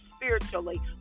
spiritually